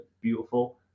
beautiful